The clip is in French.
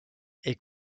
est